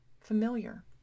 familiar